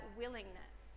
willingness